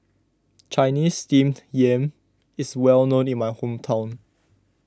Chinese Steamed Yam is well known in my hometown